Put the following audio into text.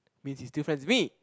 means he's still friends with me